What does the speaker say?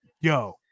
Yo